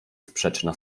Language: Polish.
sprzeczna